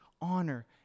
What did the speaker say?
honor